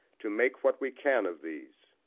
to make what we can of these.